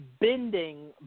bending